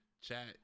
Chat